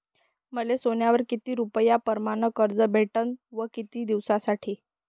मले सोन्यावर किती रुपया परमाने कर्ज भेटन व किती दिसासाठी?